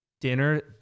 dinner